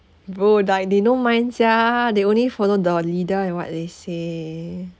bro like they no mind sia they only follow the leader and what they say